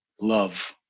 love